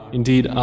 Indeed